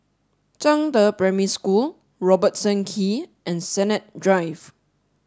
Zhangde Primary School Robertson Quay and Sennett Drive